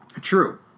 True